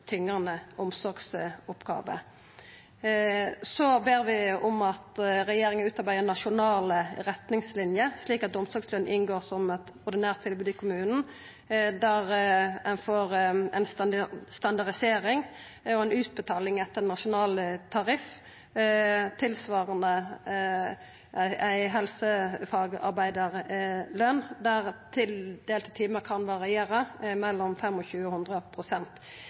tyngande omsorgsoppgåver. Så ber vi om at regjeringa utarbeider nasjonale retningslinjer, slik at omsorgsløn inngår som eit ordinært tilbod i kommunen, der ein får ei standardisering og utbetaling etter nasjonal tariff, tilsvarande ei helsefagarbeidarløn, der tildelte timar kan variera mellom